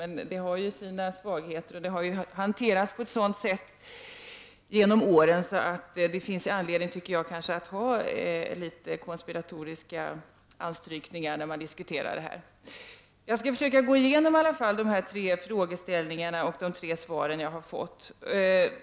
Men projektet har ju sina svagheter, och det har genom åren hanterats på ett sådant sätt att det finns anledning till litet konspiratoriska anstrykningar när man diskuterar det. Jag skall försöka gå igenom det tre frågeställningarna och de tre svar som jag har fått.